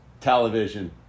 television